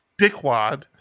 dickwad